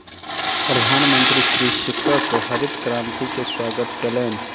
प्रधानमंत्री कृषकक हरित क्रांति के स्वागत कयलैन